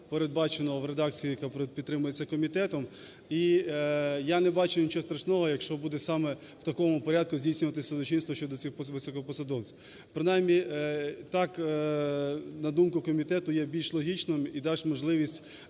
передбачено в редакції, яка підтримується комітетом. І я не бачу нічого страшного, якщо буде саме в такому порядку здійснюватись судочинство щодо цих високопосадовців. Принаймні так, на думку комітету, є більш логічним і дасть можливість